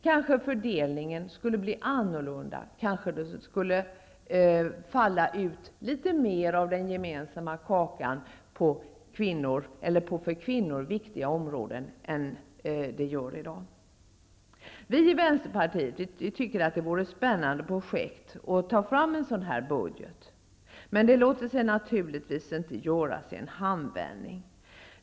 Kanske fördelningen skulle bli annorlunda, kanske det skulle falla ut litet mer av den gemensamma kakan på för kvinnor viktiga områden än det gör i dag? Vi i Vänsterpartiet tycker att det vore ett spännande projekt att ta fram en sådan här budget. Men det låter sig naturligtvis inte göras i en handvändning.